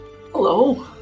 hello